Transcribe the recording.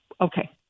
Okay